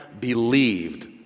believed